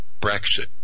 Brexit